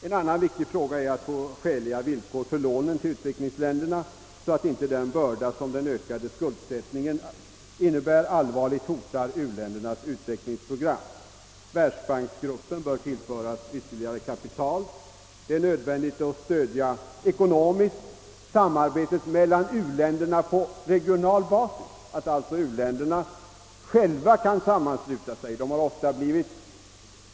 En annan viktig fråga är att få skäliga villkor för lånen till u-länderna, så att inte den börda som den ökade skuldsättningen utgör allvarligt hotar dessa länders utvecklingsprogram, Världsbanksgruppen bör tillföras ytterligare kapital. Det är också nödvändigt att ekonomiskt stödja samarbetet med uländerna på regional basis, att alltså u-länderna själva sammansluter sig.